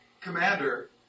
commander